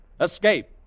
Escape